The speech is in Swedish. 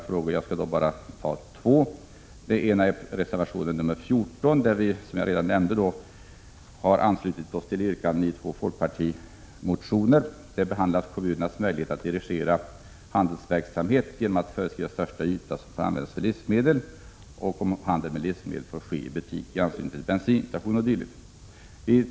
För min del skall jag beröra endast två. Den ena frågan gäller reservationen 14, där vi som nämnts har anslutit oss till yrkandena i två folkpartimotioner. I dessa behandlas kommunernas möjligheter att dirigera handelsverksamhet genom att man föreskriver den största yta som får användas för livsmedel, om handel med livsmedel får ske i butik i anslutning till bensinstation o. d.